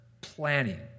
planning